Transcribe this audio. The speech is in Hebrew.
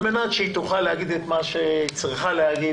על מנת שהיא תוכל לומר את מה שהיא צריכה להגיד,